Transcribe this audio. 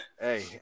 Hey